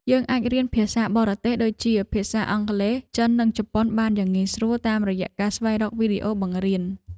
យើងអាចរៀនភាសាបរទេសដូចជាភាសាអង់គ្លេស ចិន និងជប៉ុន បានយ៉ាងងាយស្រួលតាមរយៈការស្វែងរកវីដេអូបង្រៀន។